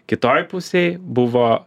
kitoj pusėj buvo